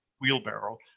wheelbarrow